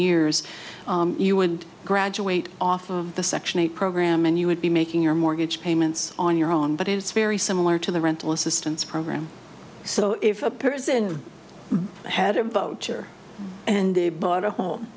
years you would graduate off of the section eight program and you would be making your mortgage payments on your own but it's very similar to the rental assistance program so if a person had a boettcher and they bought a home